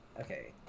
okay